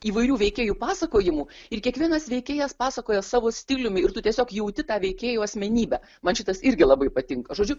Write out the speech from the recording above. įvairių veikėjų pasakojimų ir kiekvienas veikėjas pasakoja savo stiliumi ir tu tiesiog jauti tą veikėjų asmenybę man šitas irgi labai patinka žodžiu